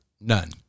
None